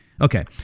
Okay